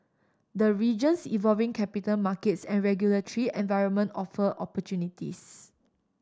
the region's evolving capital markets and regulatory environment offer opportunities